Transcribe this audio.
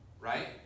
Right